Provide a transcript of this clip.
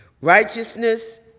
Righteousness